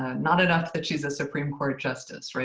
ah not enough that she's a supreme court justice,